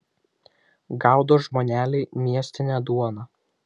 gaudo žmoneliai miestinę duoną